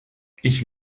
ich